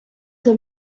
the